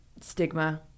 stigma